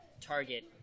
target